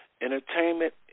entertainment